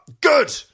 good